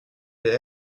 des